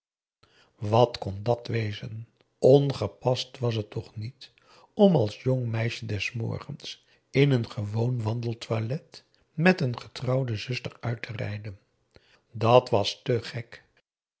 wat kon dat wezen ongepast was het toch niet om als jong meisje des morgens in een gewoon wandeltoilet met een getrouwde zuster uit te rijden dàt was te gek